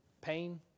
Pain